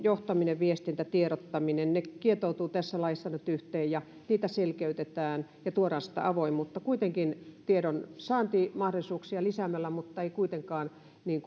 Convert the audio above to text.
johtaminen viestintä ja tiedottaminen kietoutuvat nyt yhteen ja niitä selkeytetään ja tuodaan sitä avoimuutta tiedonsaantimahdollisuuksia lisäämällä mutta ei kuitenkaan